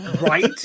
right